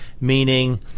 meaning